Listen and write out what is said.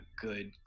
good